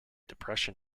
depression